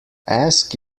ask